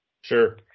Sure